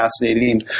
fascinating